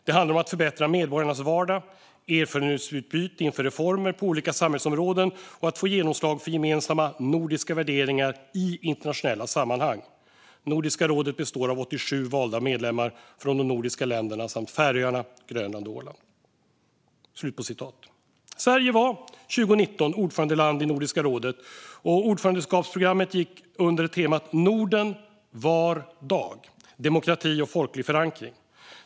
Det handlar om att förbättra medborgarnas vardag, erfarenhetsutbyte inför reformer på olika samhällsområden och att få genomslag för gemensamma nordiska värderingar i internationella sammanhang. Nordiska rådet består av 87 valda medlemmar från de nordiska länderna samt Färöarna, Grönland och Åland." Sverige var 2019 ordförandeland i Nordiska rådet, och ordförandeskapsprogrammet gick under temat Norden var dag - demokrati och folklig förankring.